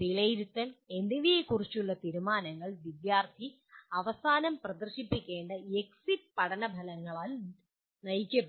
വിലയിരുത്തൽ എന്നിവയെക്കുറിച്ചുള്ള തീരുമാനങ്ങൾ വിദ്യാർത്ഥി അവസാനം പ്രദർശിപ്പിക്കേണ്ട എക്സിറ്റ് പഠന ഫലങ്ങളാൽ നയിക്കപ്പെടുന്നു